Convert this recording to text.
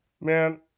Man